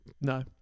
No